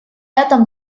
этом